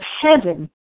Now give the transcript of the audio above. heaven